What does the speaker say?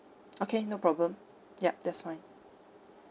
okay no problem yup that's fine